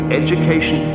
education